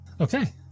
Okay